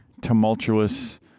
tumultuous